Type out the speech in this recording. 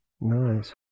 Nice